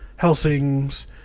Helsings